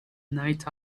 night